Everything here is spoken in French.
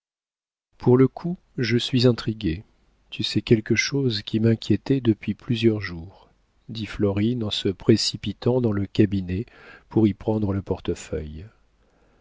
pour le coup je suis intriguée tu sais quelque chose qui m'inquiétait depuis plusieurs jours dit florine en se précipitant dans le cabinet pour y prendre le portefeuille